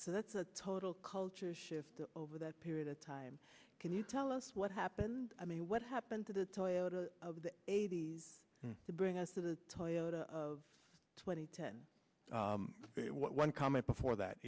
so that's a total culture shift over that period of time can you tell us what happened i mean what happened to toyota of the eighty's to bring us to the toyota of twenty ten one comment before that